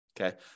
Okay